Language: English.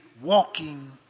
walking